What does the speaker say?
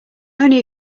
only